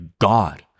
God